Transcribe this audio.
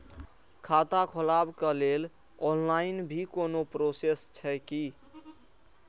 खाता खोलाबक लेल ऑनलाईन भी कोनो प्रोसेस छै की?